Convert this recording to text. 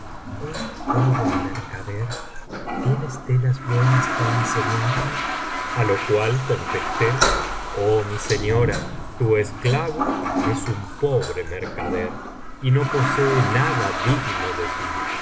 joven mercader tienes telas buenas que ensenarme a lo cual contesté oh mi señora tu esclavo es un pobre mercader y no posee nada digno de ti